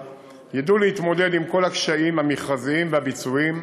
ידעו להתמודד עם כל הקשיים המכרזיים והביצועיים,